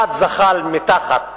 אחד זחל מתחת